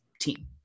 team